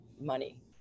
money